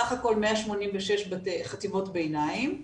בסך הכל 186 חטיבות ביניים,